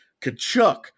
Kachuk